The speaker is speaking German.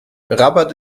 rabat